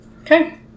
Okay